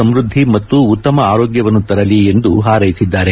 ಸಮೃದ್ದಿ ಮತ್ತು ಉತ್ತಮ ಆರೋಗ್ಲವನ್ನು ತರಲಿ ಎಂದು ಹಾರ್ಸೆಸಿದ್ದಾರೆ